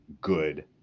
good